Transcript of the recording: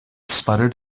sputtered